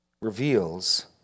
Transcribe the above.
reveals